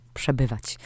przebywać